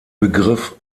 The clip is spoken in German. begriff